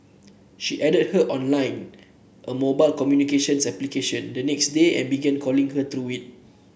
she added her on Line a mobile communications application the next day and began calling her through it